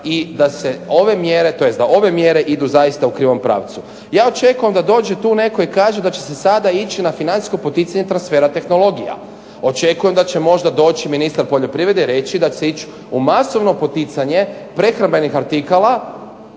što se događa i da se za ove mjere idu zaista u krivom pravcu. Ja očekujem da tu dođe netko i kaže da će se sada ići na financijsko poticanje transfera tehnologija. Očekujem da će možda doći ministar poljoprivrede i reći da će se ići u masovno poticanje prehrambenih artikala